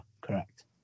correct